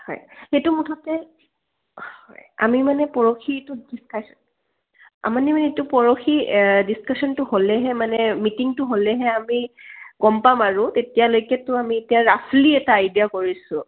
হয় সেইটো মুঠতে হয় আমি মানে পৰহিটো ডিচকাচ আমাৰ মানে এইটো পৰহি ডিছকাশ্যনটো হ'লেহে মানে মিটিংটো হ'লেহে আমি গম পাম আৰু তেতিয়ালৈকেতো আমি এতিয়া ৰাফলি এটা আইডিয়া কৰিছোঁ